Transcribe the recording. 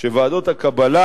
שוועדות הקבלה,